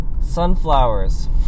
sunflowers